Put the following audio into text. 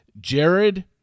Jared